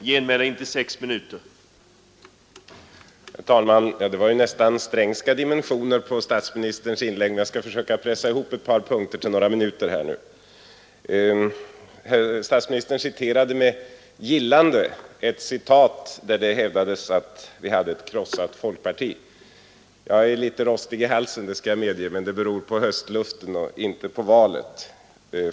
Herr talman! Det var ju nästan Strängska dimensioner på statsministerns inlägg, men jag skall nu försöka att pressa ihop min kommentar av ett par punkter i det till några minuter. Statsministern anförde med gillande ett citat där det hävdades att vi hade ett krossat folkparti. Jag är litet rostig i halsen, det skall jag medge, men det beror på höstluften och inte på valet.